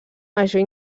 major